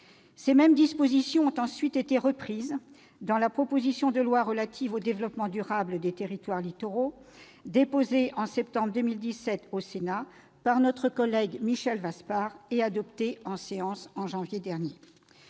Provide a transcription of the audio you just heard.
Ces mêmes dispositions ont ensuite été reprises dans la proposition de loi relative au développement durable des territoires littoraux, déposée en septembre 2017 au Sénat par notre collègue Michel Vaspart et adoptée par notre assemblée en janvier dernier.